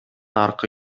аркы